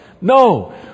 No